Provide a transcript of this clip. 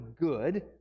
good